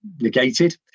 negated